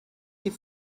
die